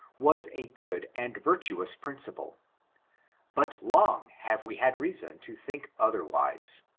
was a good and virtuous principle but long have we had reason to think otherwise.